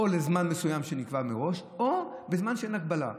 או בזמן מסוים שנקבע מראש או בזמן שאין הגבלה,